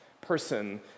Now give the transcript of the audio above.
person